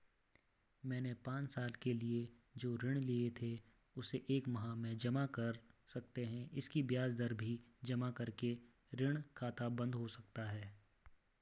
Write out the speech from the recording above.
मैंने पांच साल के लिए जो ऋण लिए थे उसे एक माह में जमा कर सकते हैं इसकी ब्याज दर भी जमा करके ऋण खाता बन्द हो सकता है?